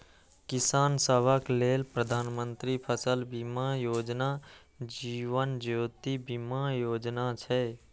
किसान सभक लेल प्रधानमंत्री फसल बीमा योजना, जीवन ज्योति बीमा योजना छै